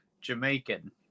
Jamaican